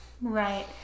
right